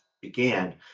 began